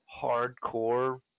hardcore